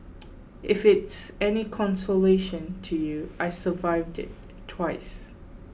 if it's any consolation to you I survived it twice